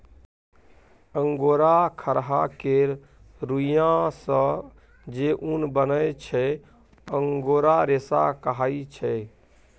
angora खरहा केर रुइयाँ सँ जे उन बनै छै अंगोरा रेशा कहाइ छै